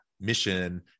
mission